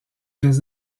des